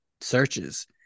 searches